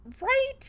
Right